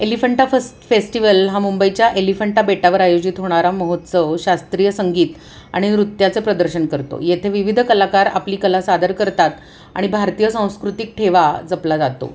Elephanta first festival हा मुंबईच्या एलिफंटा बेटावर आयोजित होणारा महोत्सव शास्त्रीय संगीत आणि नृत्याचं प्रदर्शन करतो येथे विविध कलाकार आपली कला सादर करतात आणि भारतीय संस्कृतिक ठेवा जपला जातो